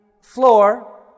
floor